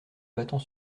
battant